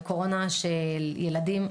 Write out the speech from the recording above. וקורונה של ילדים,